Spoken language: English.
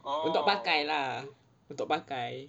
untuk pakai lah untuk pakai